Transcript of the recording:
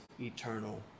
eternal